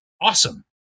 awesome